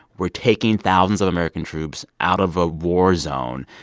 we're taking thousands of american troops out of a war zone.